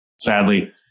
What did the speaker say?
sadly